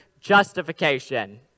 justification